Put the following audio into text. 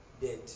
Dead